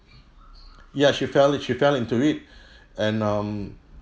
ya she fell in she fell into it and um